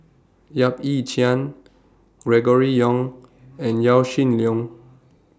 Yap Ee Chian Gregory Yong and Yaw Shin Leong